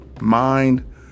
mind